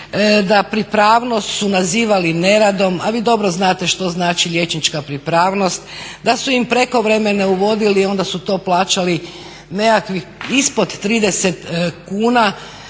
da pripravnost su nazivali neradom, a vi dobro znate što znači liječnička pripravnost, da su im prekovremene uvodili onda su to plaćali nekakvih ispod 30 kuna.